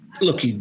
look